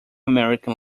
american